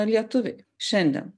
lietuviai šiandien